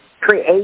create